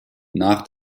nach